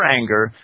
anger